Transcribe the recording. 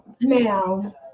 Now